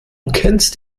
kennst